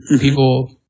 people